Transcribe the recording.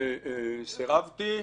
וסירבתי.